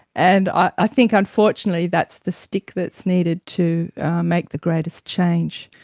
and i think unfortunately that's the stick that's needed to make the greatest change.